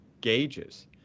gauges